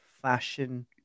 fashion